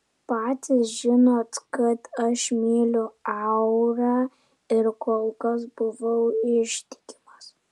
patys žinot kad aš myliu aurą ir kol kas buvau ištikimas